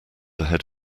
ahead